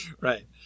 right